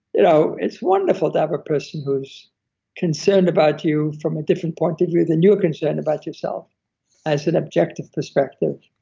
you know it's wonderful to have a person who's concerned about you from a different point of view than you are concerned about yourself as an objective perspective.